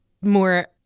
more